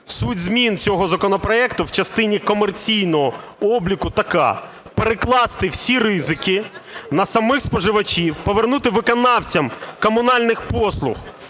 Суть змін цього законопроекту в частині комерційного обліку така: перекласти всі ризики на самих споживачів, повернути виконавцям комунальних послуг